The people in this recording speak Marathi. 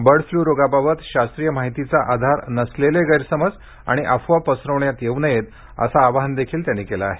बर्ड फ्लू रोगाबाबत शास्त्रीय माहितीचा आधार नसलेले गैरसमज आणि अफवा पसरवण्यात येऊ नयेत असं आवाहनही त्यांनी केलं आहे